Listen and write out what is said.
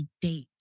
date